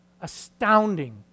Astounding